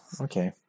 okay